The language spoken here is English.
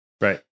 Right